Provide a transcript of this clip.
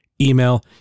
email